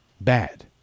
Bad